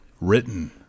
written